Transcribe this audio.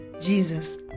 Jesus